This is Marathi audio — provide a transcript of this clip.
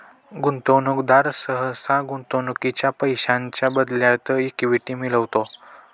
गुंतवणूकदार सहसा गुंतवणुकीच्या पैशांच्या बदल्यात इक्विटी मिळवतो